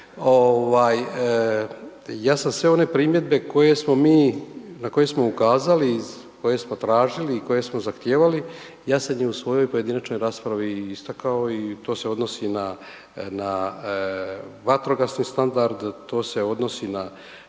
ja sam sve one primjedbe koje smo mi, na koje smo ukazali i koje smo tražili i koje smo zahtijevali, ja sam ih u svojoj pojedinačnoj raspravi istakao i to se odnosi na, na vatrogasni standard, to se odnosi na